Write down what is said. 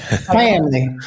Family